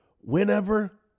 Whenever